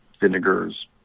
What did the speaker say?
vinegars